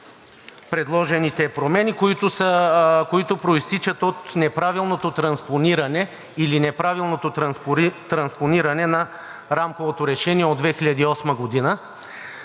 предложените промени, които произтичат от неправилното транспониране или неправилното транспониране на рамковото решение от 2008 г.